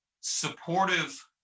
supportive